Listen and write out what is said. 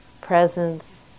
presence